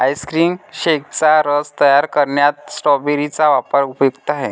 ice cream शेकचा रस तयार करण्यात स्ट्रॉबेरी चा वापर उपयुक्त आहे